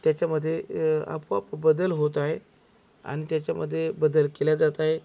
त्याच्यामध्ये आपोआप बदल होत आहे आणि त्याच्यामध्ये बदल केला जात आहे